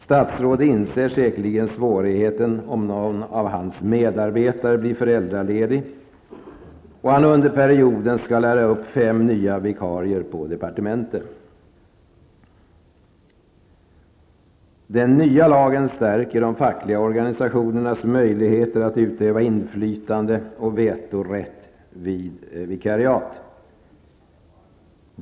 Statsrådet inser säkerligen svårigheten om någon av hans medarbetare blir föräldraledig och han skall lära upp fem nya vikarier på departementet under ledighetsperioden. Den nya lagen stärker de fackliga organisationernas möjligheter att utöva inflytande och vetorätt vid vikariat.